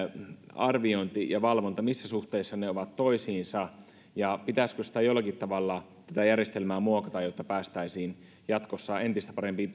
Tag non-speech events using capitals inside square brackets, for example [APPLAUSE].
arviointi ja valvonta ovat ja pitäisikö tätä järjestelmää jollakin tavalla muokata jotta päästäisiin jatkossa entistä parempiin [UNINTELLIGIBLE]